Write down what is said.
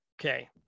okay